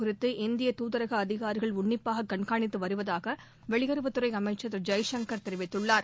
குறித்து இந்திய துதரக அதிகாரிகள் உன்னிப்பாக கண்காணித்து வருவதாக வெளியுறவுத்துறை அமைச்சர் திரு ஜெய்சங்கர் தெரிவித்துள்ளார்